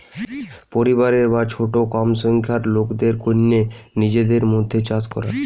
পরিবারের বা ছোট কম সংখ্যার লোকদের কন্যে নিজেদের মধ্যে চাষ করা